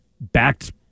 backed